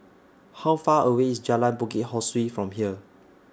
How Far away IS Jalan Bukit Ho Swee from here